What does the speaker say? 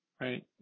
right